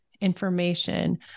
information